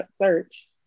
search